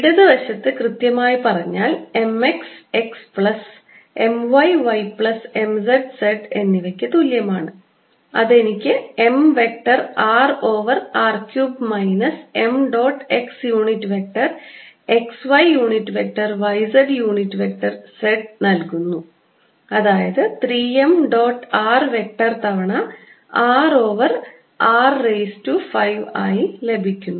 ഇടത് വശത്ത് കൃത്യമായി പറഞ്ഞാൽ m x x plus m y y plus m z z എന്നിവയ്ക്ക് തുല്യമാണ് അത് എനിക്ക് m vector over r cube minus m dot x unit vector x y unit vector y z unit vector z നൽകുന്നു അതായത് 3 m dot r vector തവണ r over r raise to 5 ആയി ലഭിക്കുന്നു